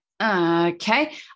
okay